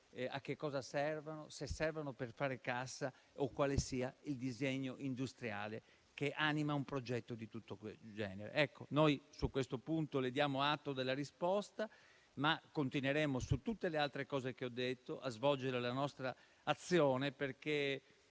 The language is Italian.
a che cosa servano, se per fare cassa o quale sia il disegno industriale che anima un progetto di tutto quel genere. Noi su questo punto le diamo atto della risposta, ma su tutte le altre cose che ho detto continueremo a svolgere la nostra azione, perché